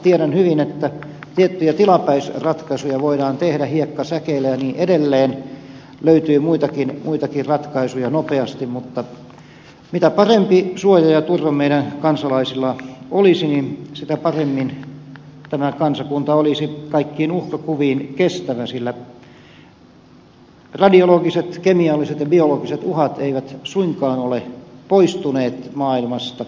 tiedän hyvin että tiettyjä tilapäisratkaisuja voidaan tehdä hiekkasäkeillä ja niin edelleen löytyy muitakin ratkaisuja nopeasti mutta mitä parempi suoja ja turva meidän kansalaisillamme olisi sitä paremmin tämä kansakunta olisi kaikkiin uhkakuviin kestävä sillä radiologiset kemialliset ja biologiset uhat eivät suinkaan ole poistuneet maailmasta